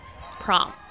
Prom